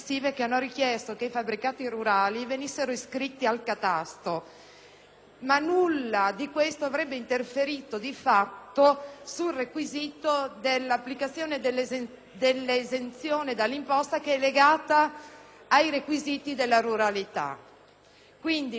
nulla di questo avrebbe interferito sul requisito dell'applicazione dell'esenzione dall'imposta, che è legato ai requisiti della ruralità. Quindi, le norme successive non hanno in alcun modo